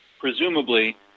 presumably